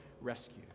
rescue